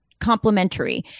complementary